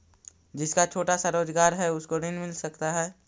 जिसका छोटा सा रोजगार है उसको ऋण मिल सकता है?